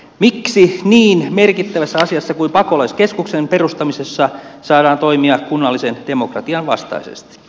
miksi niin merkittävässä asiassa kuin pakolaiskeskuksen perustamisessa saadaan toimia kunnallisen demokratian vastaisesti